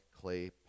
clay